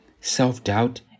self-doubt